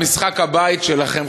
במשחק הבית שלכם,